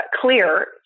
clear